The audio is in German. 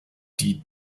die